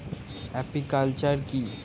Apiculture কি?